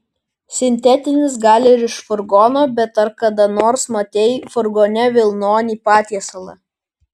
sintetinis gal ir iš furgono bet ar kada nors matei furgone vilnonį patiesalą